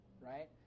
right